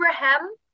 Abraham